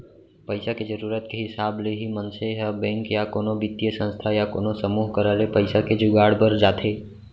पइसा के जरुरत के हिसाब ले ही मनसे ह बेंक या कोनो बित्तीय संस्था या कोनो समूह करा ले पइसा के जुगाड़ बर जाथे